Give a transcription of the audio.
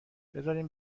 بذارین